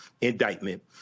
indictment